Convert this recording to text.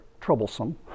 troublesome